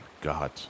God